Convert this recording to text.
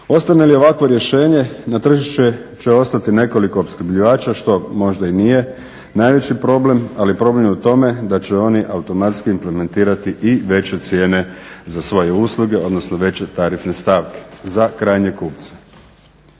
Ostane li ovakvo rješenje na tržištu će ostati nekoliko opskrbljivača što možda i nije najveći problem ali problem je u tome da će oni automatski implementirati i veće cijene za svoje usluge odnosno veće tarifne stavke za krajnje kupce.